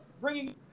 bringing